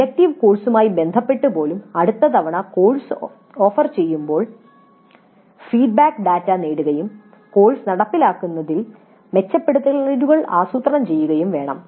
elective കോഴ്സുമായി ബന്ധപ്പെട്ട് പോലും അടുത്ത തവണ ഓഫർ ചെയ്യുമ്പോൾ ഫീഡ്ബാക്ക് ഡാറ്റ നേടുകയും കോഴ്സ് നടപ്പിലാക്കുന്നതിൽ മെച്ചപ്പെടുത്തലുകൾക്കായി ആസൂത്രണം ചെയ്യുകയും വേണം